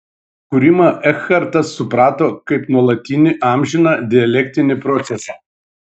kūrimą ekhartas suprato kaip nuolatinį amžiną dialektinį procesą